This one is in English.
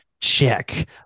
check